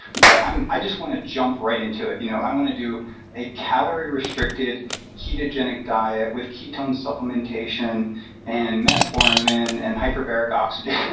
but i just want to jump right into it. you know i want to do a calorie restricted ketogenic diet with ketone supplementation and metformin and hyperbaric oxygen.